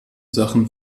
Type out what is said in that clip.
sachen